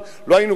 לא היינו רוצים,